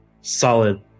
solid